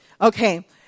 Okay